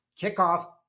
kickoff